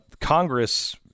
Congress